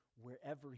wherever